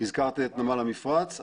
הזכרנו את נמל המפרץ,